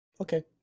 Okay